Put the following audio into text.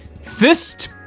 fist